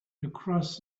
across